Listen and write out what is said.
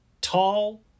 Tall